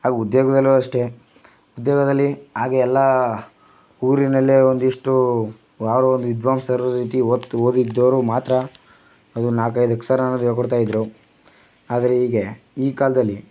ಹಾಗೂ ಉದ್ಯೋಗಗಳು ಅಷ್ಟೇ ಉದ್ಯೋಗದಲ್ಲಿ ಹಾಗೆ ಎಲ್ಲ ಊರಿನಲ್ಲೇ ಒಂದಿಷ್ಟು ಯಾರೋ ಒಂದು ವಿದ್ವಾಂಸರು ಈ ರೀತಿ ಓದಿದ್ದರು ಮಾತ್ರ ಅದು ನಾಲ್ಕೈದು ಅಕ್ಷರ ಅನ್ನೋದು ಹೇಳ್ಕೊಡ್ತಾಯಿದ್ರು ಆದರೆ ಹೀಗೆ ಈ ಕಾಲದಲ್ಲಿ